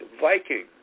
Viking